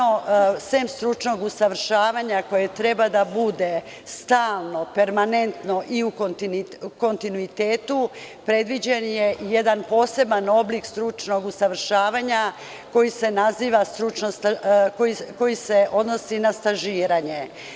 Osim stručnog usavršavanja koje treba da bude stalno, permanentno i u kontinuitetu, predviđen je jedan poseban oblik stručnog usavršavanja koji se odnosi na stažiranje.